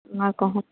ᱚᱱᱟ ᱠᱚᱦᱚᱸ